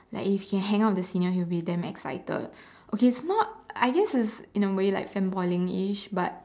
like he's can hang out with the senior he'll be damn excited okay it's not I guess it's in a way like fanboyingish but